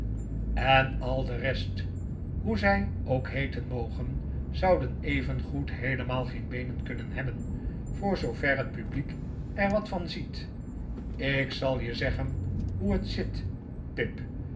en al de rest hoe zij ook heeten mogen zouden evengoed heelemaal geen beenen kunnen hebben voor zoover het publiek er wat van ziet ik zal je zeggen hoe het zit pip